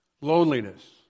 Loneliness